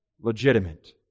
legitimate